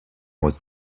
was